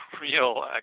real